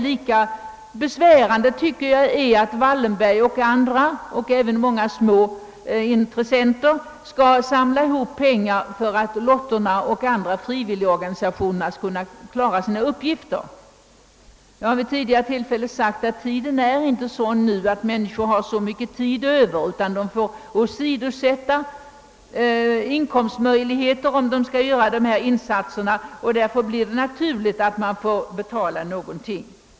Jag tycker det är lika besvärande att Wallenberg och andra även många små intressenter — skall samla ihop pengar för att lot torna och andra frivilligorganisationer skall kunna klara sina uppgifter. Vid tidigare tillfällen har jag sagt att tiden inte är sådan att människor har tid över, utan att de får åsidosätta inkomstmöjligheter om de skall göra dylika insatser. Därför är det naturligt att staten betalar.